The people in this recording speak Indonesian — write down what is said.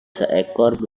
seekor